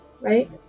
Right